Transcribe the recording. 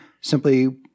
simply